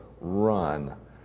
run